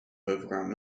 overground